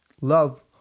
love